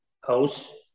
house